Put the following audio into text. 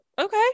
okay